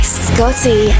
scotty